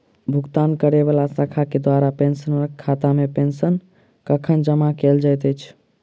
भुगतान करै वला शाखा केँ द्वारा पेंशनरक खातामे पेंशन कखन जमा कैल जाइत अछि